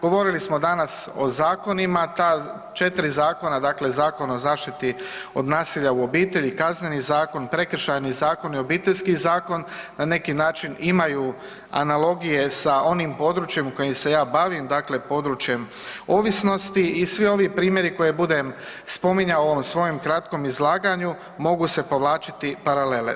Govorili smo danas o zakonima, ta 4 zakona dakle Zakon o zaštiti od nasilja u obitelji, Kazneni zakon, Prekršajni zakon i Obiteljski zakon na neki način imaju analogije sa onim područjem u kojem se ja bavim, dakle područjem ovisnosti i svi ovi primjeri koje budem spominjao u ovom kratkom izlaganju mogu se povlačiti paralele.